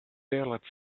daylight